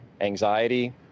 anxiety